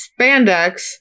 spandex